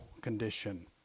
condition